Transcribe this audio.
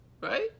right